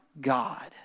God